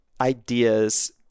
ideas